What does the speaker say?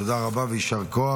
תודה רבה ויישר כוח.